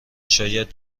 شاید